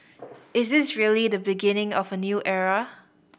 is this really the beginning of a new era